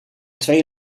twee